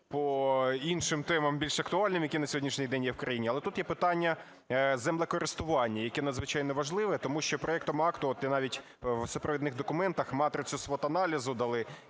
по іншим темам більш актуальним, які на сьогоднішній день є в країні, але тут є питання землекористування, яке надзвичайно важливо, тому що проектом акта, от я навіть в супровідних документах матрицю SWOT-аналізу дали,